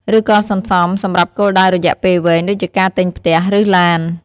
ឬក៏សន្សំសម្រាប់គោលដៅរយៈពេលវែង ដូចជាការទិញផ្ទះ ឬឡាន។